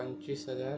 पंचवीस हजार